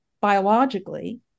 biologically